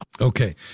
Okay